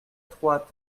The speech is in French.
trois